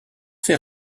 ses